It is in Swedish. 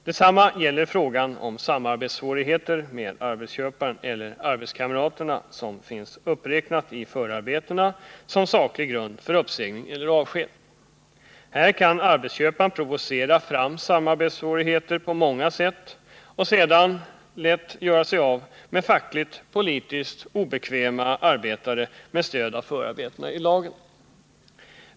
Detsamma gäller frågan om samarbetssvårigheter med arbetsköparen eller arbetskamraterna som finns uppräknade i förarbetena som saklig grund för uppsägning eller avsked. Här kan arbetsköparen provocera fram samarbetssvårigheter på många sätt och sedan lätt göra sig av med fackligt och politiskt obekväma arbetare med stöd av förarbetena till lagen.